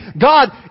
God